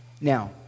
Now